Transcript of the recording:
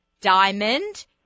diamond